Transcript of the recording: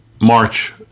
March